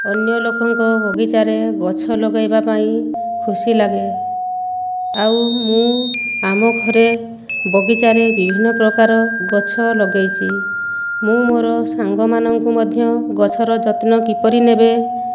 ଅନ୍ୟ ଲୋକଙ୍କ ବଗିଚାରେ ଗଛ ଲଗାଇବା ପାଇଁ ଖୁସି ଲାଗେ ଆଉ ମୁଁ ଆମ ଘରେ ବଗିଚାରେ ବିଭିନ୍ନ ପ୍ରକାର ଗଛ ଲଗାଇଛି ମୁଁ ମୋର ସାଙ୍ଗମାନଙ୍କୁ ମଧ୍ୟ ଗଛର ଯତ୍ନ କିପରି ନେବେ